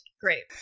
great